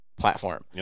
Platform